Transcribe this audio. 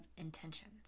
intentions